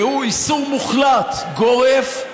והוא איסור מוחלט, גורף,